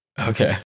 Okay